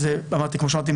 וזה כמו שאמרתי,